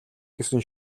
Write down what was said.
гэсэн